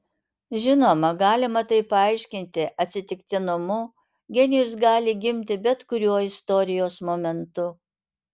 žinoma galima tai paaiškinti atsitiktinumu genijus gali gimti bet kuriuo istorijos momentu